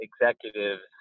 executives